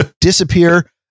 disappear